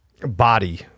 body